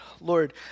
Lord